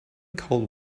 cold